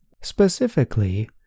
Specifically